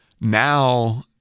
now